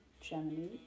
Germany